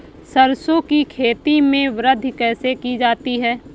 सरसो की खेती में वृद्धि कैसे की जाती है?